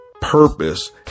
purpose